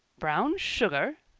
brown sugar!